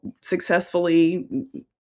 successfully